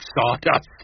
sawdust